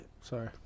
Sorry